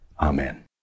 Amen